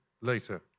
later